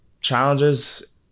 challenges